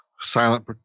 silent